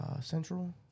Central